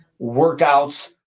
workouts